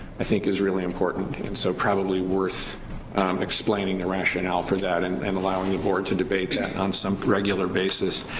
i think is really important and so probably worth explaining the rationale for that and and allowing the board to debate it on some regular basis.